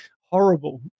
horrible